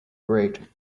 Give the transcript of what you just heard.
great